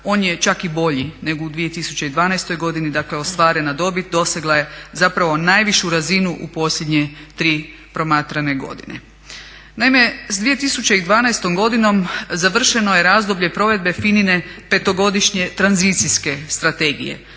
on je čak i bolji nego u 2012.godini, dakle ostvarena dobit dosegla je najvišu razinu u posljednje tri promatrane godine. Naime, s 2012.godinom završeno je razdoblje provedbe FINA-ne petogodišnje tranzicijske strategije,